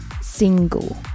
single